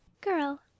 Girl